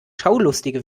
schaulustige